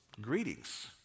Greetings